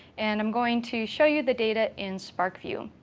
and i'm going to show you the data in sparkvue.